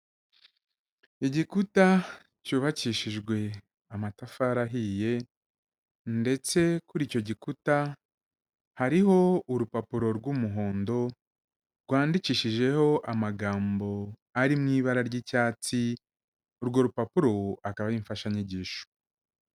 Igikuta cyubakishijwe amatafari ahiye ndetse kuri icyo gikuta hariho urupapuro rw'umuhondo, rwandikishijeho amagambo ari mu ibara ry'icyatsi, urwo rupapuro akaba ari imfashanyigisho.